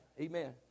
Amen